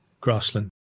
grassland